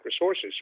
resources